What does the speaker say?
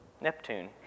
Neptune